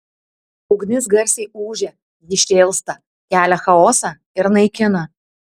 ugnis garsiai ūžia ji šėlsta kelia chaosą ir naikina